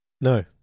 No